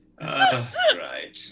Right